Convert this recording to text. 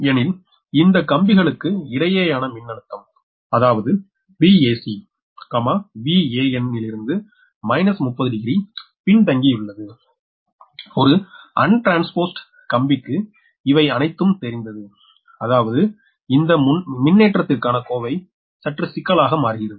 எனில் இந்த கம்பிகளுக்கு இடையேயானா மின்னழுத்தம் அதாவது Vac Van யிலிருந்து 30 டிகிரி பின்தங்கியுள்ளது ஒரு அன் ட்ரான்ஸ்போஸ்ட் கம்பிக்கு இவை அனைத்தும் தெரிந்தது அதாவது இந்த முன்னேற்றத்திற்கான கோவை சற்று சிக்கலாக மாறுகிறது